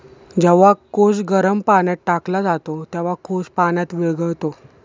जेव्हा कोश गरम पाण्यात टाकला जातो, तेव्हा कोश पाण्यात विरघळतो